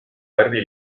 värvi